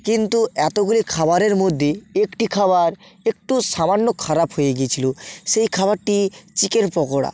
কিন্তু এতগুলি খাবারের মধ্যে একটি খাবার একটু সামান্য খারাপ হয়ে গিয়েছিল সেই খাবারটি চিকেন পকোড়া